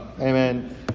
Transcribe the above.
Amen